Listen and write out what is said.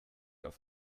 auf